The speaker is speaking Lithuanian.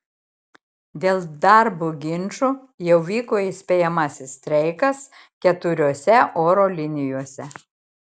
dėl darbo ginčų jau vyko įspėjamasis streikas keturiose oro linijose